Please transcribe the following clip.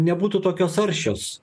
nebūtų tokios aršios